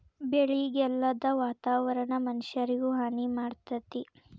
ಬೆಳಿಗೆ ಅಲ್ಲದ ವಾತಾವರಣಾ ಮನಷ್ಯಾರಿಗು ಹಾನಿ ಮಾಡ್ತತಿ